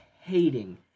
hating